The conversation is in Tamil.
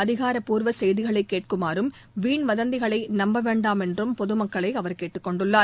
அதிகாரப்பூர்வ செய்திகளை கேட்குமாறும் வீண்வதந்திகளை நம்ப வேண்டாம் என்றும் பொதுமக்களை அவர் கேட்டுக் கொண்டுள்ளார்